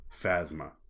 Phasma